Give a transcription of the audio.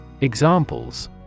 Examples